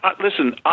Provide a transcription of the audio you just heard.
listen